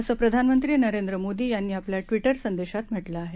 असं प्रधानमंत्री नरेंद्र मोदी यांनी आपल्या ट्विटर संदेशांत म्हटलं आहे